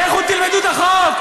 לכו תלמדו את החוק.